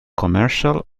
commercial